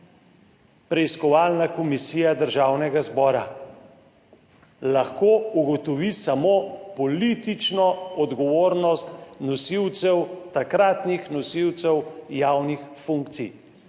preiskovalna komisija Državnega zbora? Lahko ugotovi samo politično odgovornost nosilcev, takratnih nosilcev javnih funkcij.